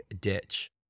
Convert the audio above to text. ditch